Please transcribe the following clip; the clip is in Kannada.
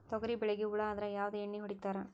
ತೊಗರಿಬೇಳಿಗಿ ಹುಳ ಆದರ ಯಾವದ ಎಣ್ಣಿ ಹೊಡಿತ್ತಾರ?